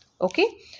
Okay